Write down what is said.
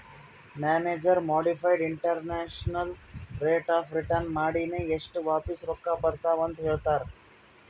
manager modified internal rate of return ಮಾಡಿನೆ ಎಸ್ಟ್ ವಾಪಿಸ್ ರೊಕ್ಕಾ ಬರ್ತಾವ್ ಅಂತ್ ಹೇಳ್ತಾರ್